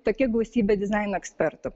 tokia gausybė dizaino ekspertų